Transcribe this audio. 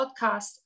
podcast